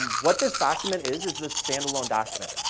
what this document is is a standalone document.